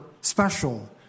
special